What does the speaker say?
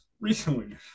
recently